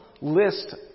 list